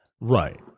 Right